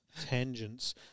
tangents